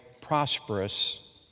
prosperous